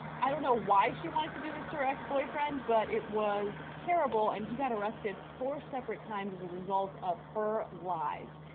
i don't know why she wanted to do this to her ex-boyfriend but it was terrible and he got arrested four separate times as a result of her lies.